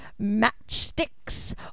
Matchsticks